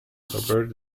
robert